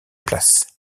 place